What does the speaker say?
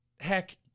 heck